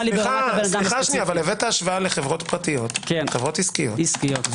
הבאת השוואה לחברות עסקיות,